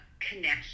connection